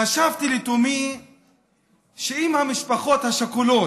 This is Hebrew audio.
חשבתי לתומי שאם המשפחות השכולות,